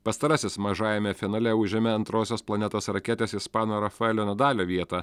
pastarasis mažajame finale užėmė antrosios planetos raketės ispano rafaelio nadalio vietą